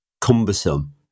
cumbersome